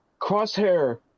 crosshair